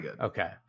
Okay